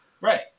Right